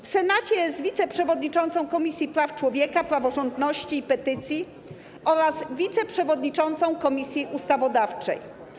W Senacie jest wiceprzewodniczącą Komisji Praw Człowieka, Praworządności i Petycji oraz wiceprzewodniczącą Komisji Ustawodawczej.